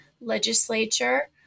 legislature